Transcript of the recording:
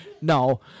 No